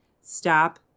Stop